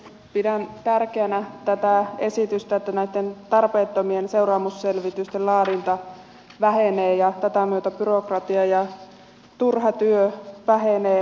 pidän tärkeänä tätä esitystä että näitten tarpeettomien seuraamusselvitysten laadinta vähenee ja tätä myötä byrokratia ja turha työ vähenee